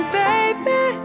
baby